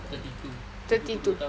thirty two tiga puluh dua tahun